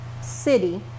city